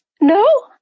no